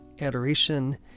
adoration